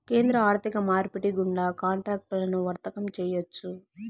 కేంద్ర ఆర్థిక మార్పిడి గుండా కాంట్రాక్టులను వర్తకం చేయొచ్చు